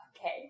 Okay